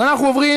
אז אנחנו עוברים